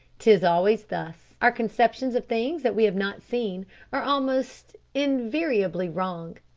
tis always thus. our conceptions of things that we have not seen are almost invariably wrong.